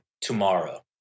tomorrow